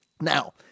Now